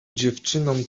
dziewczyną